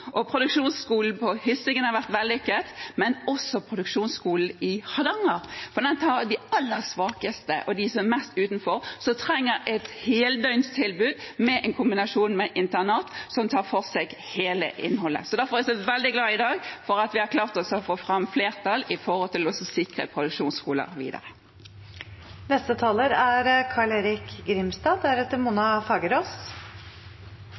Hardanger. For den tar de aller svakeste og dem som er mest utenfor; de som trenger et heldøgnstilbud – i en kombinasjon med internat – som tar for seg hele innholdet. Derfor er jeg veldig glad i dag for at vi har klart å få flertall for å sikre produksjonsskoler videre. For en helsepolitiker er